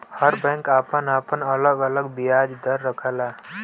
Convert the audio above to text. हर bank आपन आपन अलग अलग बियाज दर रखला